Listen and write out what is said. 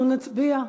אנחנו נצביע.